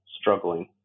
struggling